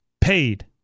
paid